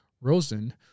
Rosen